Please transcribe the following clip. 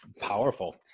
powerful